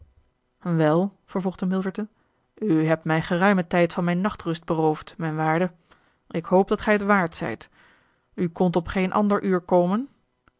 wel vervolgde milverton u hebt mij geruimen tijd van mijn nachtrust beroofd mijn waarde ik hoop dat gij t waard zijt u kondt op geen ander uur komen